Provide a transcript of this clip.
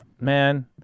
man